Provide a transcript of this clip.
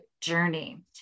journey